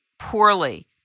poorly